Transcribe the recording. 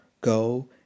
go